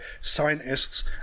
scientists